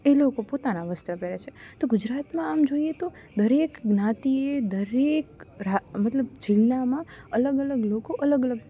એ લોકો પોતાના વસ્ત્ર પહેરે છે તો ગુજરાતમાં આમ જોઈએ તો દરેક જ્ઞાતિએ દરેક મતલબ જિલ્લામાં અલગ અલગ લોકો અલગ અલગ